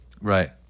Right